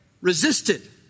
resisted